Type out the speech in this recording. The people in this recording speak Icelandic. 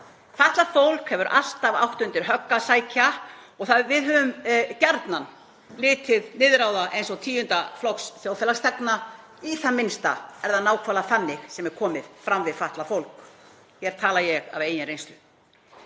Fatlað fólk hefur alltaf átt undir högg að sækja og við höfum gjarnan litið niður á það eins og tíunda flokks þjóðfélagsþegna, í það minnsta er það nákvæmlega þannig sem er komið fram við fatlað fólk. Hér tala ég af eigin reynslu.